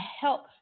help